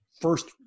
first